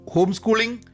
Homeschooling